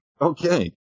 Okay